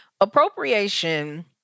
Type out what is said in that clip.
Appropriation